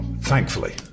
Thankfully